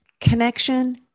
connection